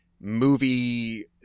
movie